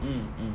mm mm